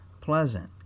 pleasant